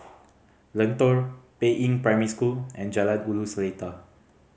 Lentor Peiying Primary School and Jalan Ulu Seletar